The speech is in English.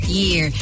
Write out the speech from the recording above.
year